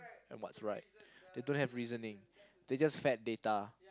and what's right they don't reasoning they just fed data